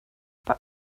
but